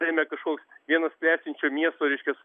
rėmė kažkur vienas klestinčio miesto reiškias